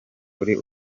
kuri